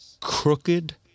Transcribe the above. crooked